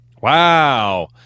Wow